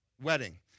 Wedding